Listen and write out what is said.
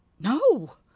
No